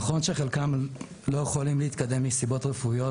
נכון שחלקם לא יכולים להתקדם מסיבות רפואיות,